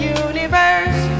universe